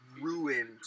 ruined